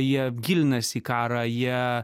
jie gilinasi į karą jie